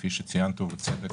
כפי שציינת, ובצדק,